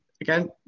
again